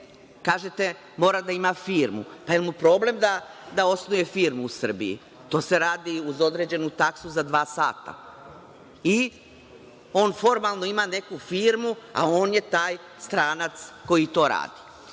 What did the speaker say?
Kažete – mora da ima firmu. Da li mu je problem da osnuje firmu u Srbiji? To se radi, uz određenu taksu, za dva sata. I, on formalno ima neku firmu, a on je taj stranac koji to radi. Mi